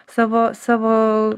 savo savo